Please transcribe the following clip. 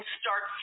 start